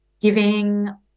giving